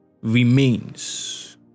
remains